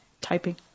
typing